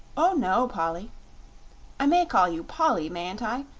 oh no, polly i may call you polly, mayn't i?